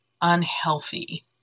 unhealthy